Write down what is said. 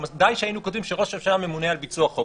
די שהיינו כותבים שראש הממשלה ממונה על ביצוע החוק,